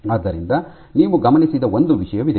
ಆದ್ದರಿಂದ ನೀವು ಗಮನಿಸಿದ ಒಂದು ವಿಷಯವಿದೆ